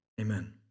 Amen